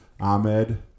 Ahmed